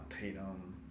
Tatum